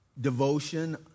devotion